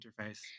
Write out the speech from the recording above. interface